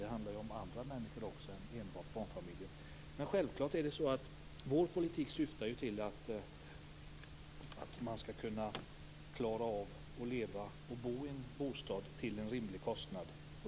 Det handlar om andra människor också, och inte bara barnfamiljer. Självklart syftar vår politik till att man skall kunna klara av att leva och bo i en bostad till rimlig kostnad.